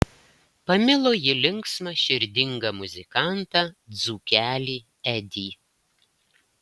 pamilo ji linksmą širdingą muzikantą dzūkelį edį